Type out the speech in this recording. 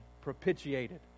propitiated